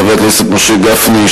חבר הכנסת משה גפני,